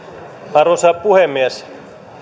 arvoisa puhemies